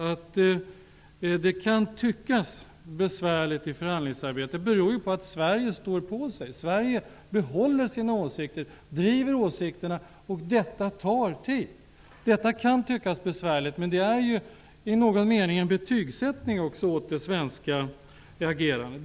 Att det kan tyckas besvärligt i förhandlingsarbetet beror ju på att Sverige står på sig. Sverige behåller sina åsikter, driver dem, och det tar tid. Det kan tyckas besvärligt. Men det är i någon mening också en betygsättning av det svenska agerandet.